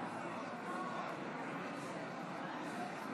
ראשונה: בעד,